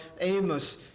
Amos